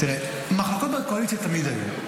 תראה, מחלוקות בקואליציה תמיד היו.